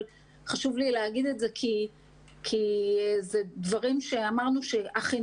אבל חשוב לי להגיד את זה כי אמרנו שהחינוך